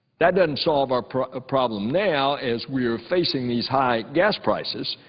that doesn't solve our problem now as we are facing these high gas prices.